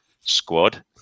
squad